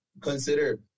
Consider